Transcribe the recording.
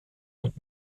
und